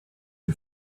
you